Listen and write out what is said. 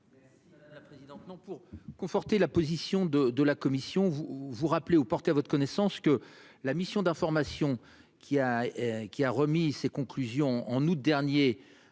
Merci madame la présidente,